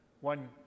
one